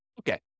Okay